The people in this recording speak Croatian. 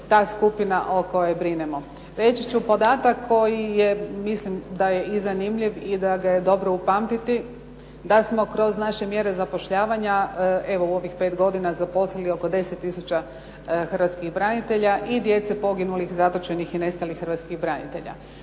ta skupina o kojoj brinemo. Reći ću podatak koji je mislim da je i zanimljiv i da ga je dobro upamtiti, da smo kroz naše mjere zapošljavanja, evo u ovih pet godina zaposlili oko 10 tisuća hrvatskih branitelja i djece poginulih, zatočenih i nestalih hrvatskih branitelja.